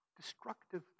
destructive